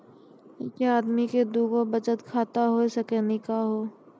एके आदमी के दू गो बचत खाता हो सकनी का हो?